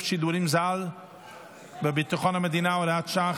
שידורים זר בביטחון המדינה (הוראת שעה,